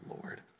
Lord